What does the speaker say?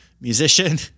musician